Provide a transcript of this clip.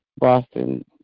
Boston